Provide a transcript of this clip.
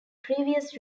previous